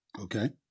Okay